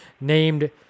named